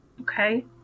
Okay